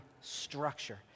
structure